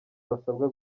basabwa